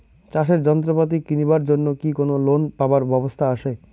চাষের যন্ত্রপাতি কিনিবার জন্য কি কোনো লোন পাবার ব্যবস্থা আসে?